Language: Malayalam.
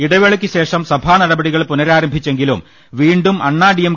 ഇടവേളയ്ക്കുശേഷം സഭാ നടപടി കൾ പുനരാരംഭിച്ചെങ്കിലും വീണ്ടും അണ്ണാഡി എം